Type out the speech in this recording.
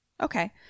Okay